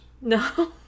No